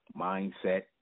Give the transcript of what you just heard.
mindset